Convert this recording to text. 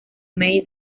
may